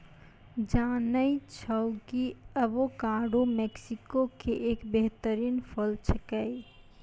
जानै छौ कि एवोकाडो मैक्सिको के एक बेहतरीन फल छेकै